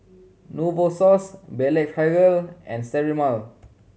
Novosource Blephagel and Sterimar